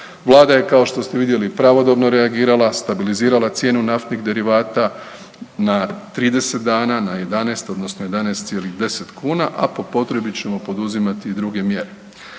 Vlada je kao što ste vidjeli, pravodobno reagirala, stabilizirala cijenu naftnih derivata na 30 dana, na 11 odnosno 11,10 kn a po potrebi ćemo poduzimati i druge mjere.